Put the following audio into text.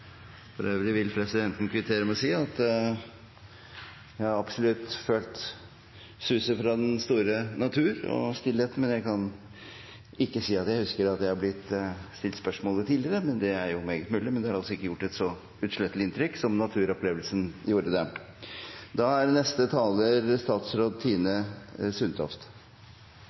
For øvrig vil presidenten kvittere med å si at han har absolutt følt suset fra den store natur og stillheten, men han kan ikke huske å ha blitt stilt spørsmålet tidligere. Det er meget mulig, men det har ikke gjort et så uutslettelig inntrykk som naturopplevelsen gjorde. Denne regjeringen er